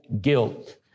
guilt